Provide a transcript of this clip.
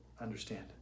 understand